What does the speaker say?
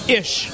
ish